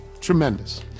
tremendous